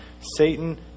Satan